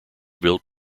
built